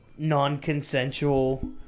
non-consensual